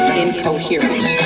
incoherent